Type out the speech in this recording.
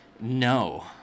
no